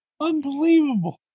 unbelievable